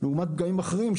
לעומת פגמים אחרים,